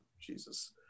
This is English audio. Jesus